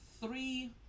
three